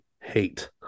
hate